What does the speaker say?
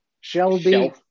Shelby